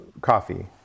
coffee